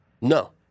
No